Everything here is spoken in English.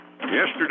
yesterday